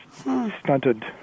stunted